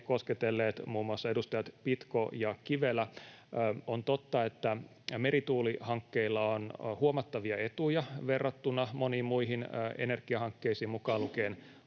kosketelleet muun muassa edustajat Pitko ja Kivelä. On totta, että merituulihankkeilla on huomattavia etuja verrattuna moniin muihin energiahankkeisiin, mukaan lukien